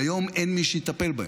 והיום אין מי שיטפל בהם,